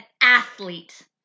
athlete